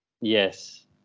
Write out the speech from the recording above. Yes